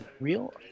Real